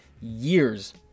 years